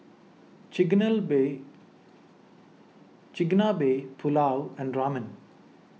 Chigenabe Chigenabe Pulao and Ramen